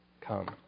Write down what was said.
come